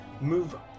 move